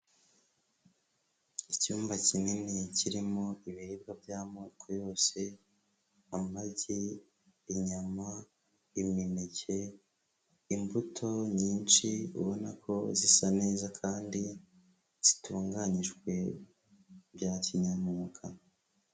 Icyumba kinini kirimo ibiribwa by'amoko yose amagi, inyama, imineke, imbuto nyinshi ubona ko zisa neza kandi zitunganijwe bya kinyamwuga.